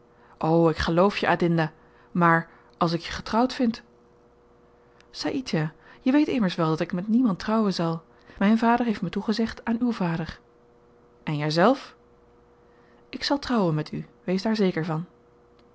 o ik geloof je adinda maar als ik je getrouwd vind saïdjah je weet immers wel dat ik met niemand trouwen zal myn vader heeft me toegezegd aan uw vader en jyzelf ik zal trouwen met u wees daar zeker van